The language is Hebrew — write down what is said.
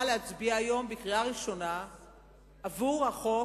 להצביע היום בקריאה ראשונה בעד החוק,